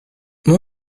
mon